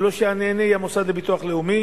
ולא שהנהנה יהיה המוסד לביטוח לאומי.